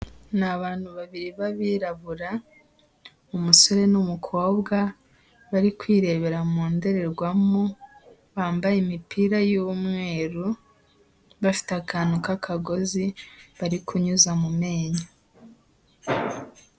Ni abantu babiri b'abirabura umusore n'umukobwa, bari kwirebera mu ndorerwamo, bambaye imipira y'umweru, bafite akantu k'akagozi bari kunyuza mu menyo.